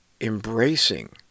embracing